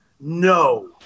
No